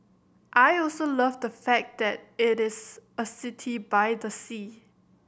I also love the fact that it is a city by the sea